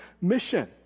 mission